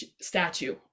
statue